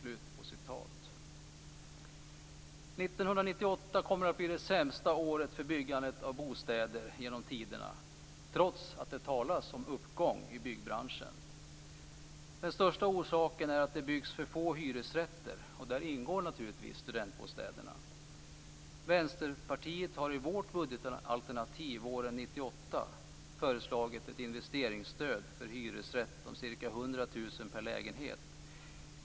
År 1998 kommer att bli det sämsta året för byggandet av bostäder genom tiderna, trots att det talas om uppgång i byggbranschen. Den största orsaken är att det byggs för få hyresrätter. Där ingår naturligtvis studentbostäderna. Vänsterpartiet har i vårt budgetalternativ våren 1998 föreslagit ett investeringsstöd för hyresrätter om ca 100 000 kr per lägenhet.